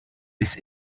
that